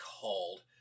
called